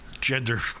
gender